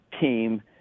team